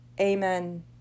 Amen